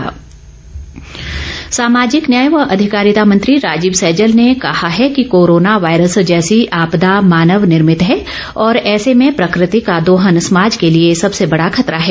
राजीव सैजल सामाजिक न्याय व अधिकारिता मंत्री राजीव सैजल ने कहा है कि कोरोना वायरस जैसी आपदा मानव निर्भित है और ऐसे में प्रकृति का दोहन समाज के लिए सबसे बड़ा खतरा है